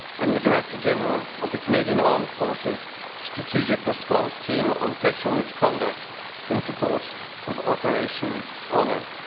and the director general of the canadian armed force's strategic response team on sexual misconduct in support of operation honour.